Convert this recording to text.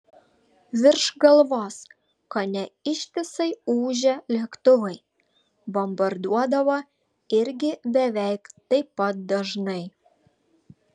virš galvos kone ištisai ūžė lėktuvai bombarduodavo irgi beveik taip pat dažnai